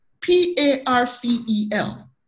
P-A-R-C-E-L